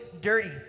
dirty